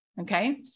Okay